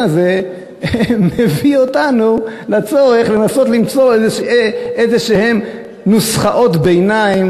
הזה מביא אותנו לצורך לנסות למצוא נוסחאות ביניים